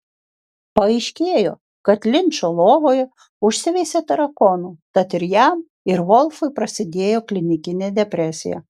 paaiškėjo kad linčo lovoje užsiveisė tarakonų tad ir jam ir volfui prasidėjo klinikinė depresija